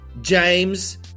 ...James